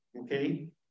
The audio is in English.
Okay